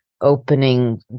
opening